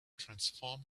transform